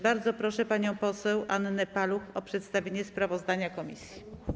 Bardzo proszę panią poseł Annę Paluch o przedstawienie sprawozdania komisji.